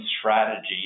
strategy